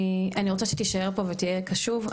אני רוצה שתישאר פה ותהיה קשוב,